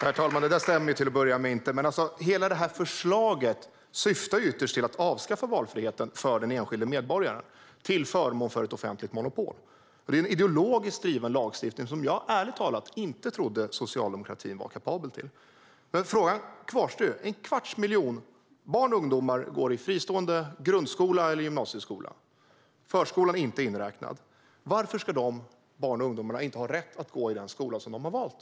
Herr talman! Det stämmer inte. Hela förslaget syftar ytterst till att avskaffa valfriheten för den enskilde medborgaren till förmån för ett offentligt monopol. Det är en ideologiskt driven lagstiftning som jag ärligt talat inte trodde socialdemokratin var kapabel till. Frågan kvarstår: En kvarts miljon barn och ungdomar går i fristående grundskola eller gymnasieskola. Förskolan är inte inräknad. Varför ska de barnen och ungdomarna inte ha rätt att gå i den skola de har valt?